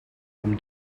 them